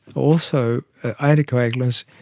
also ah anticoagulants,